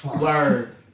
Word